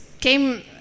came